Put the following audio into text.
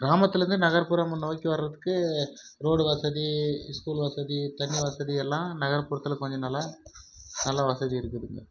கிராமத்துலருந்து நகர்புறம் நோக்கி வரதுக்கு ரோடு வசதி ஸ்கூலு வசதி தண்ணி வசதி எல்லாம் நகர்ப்புறத்தில் கொஞ்சம் நல்லா நல்லா வசதி இருக்குதுங்க